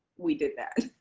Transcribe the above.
we did that.